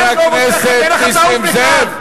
שנאה ובלע, חבר הכנסת נסים זאב.